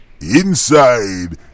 inside